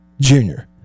junior